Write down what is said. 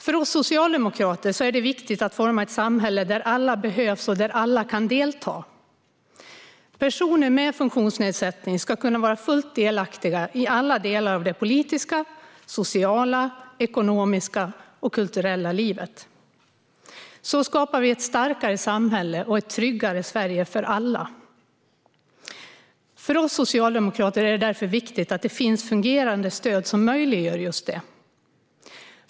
För oss socialdemokrater är det viktigt att forma ett samhälle där alla behövs och där alla kan delta. Personer med funktionsnedsättning ska kunna vara fullt delaktiga i alla delar av det politiska, sociala, ekonomiska och kulturella livet. Så skapar vi ett starkare samhälle och ett tryggare Sverige för alla. För oss socialdemokrater är det därför viktigt att det finns fungerande stöd som möjliggör just det.